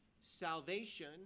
salvation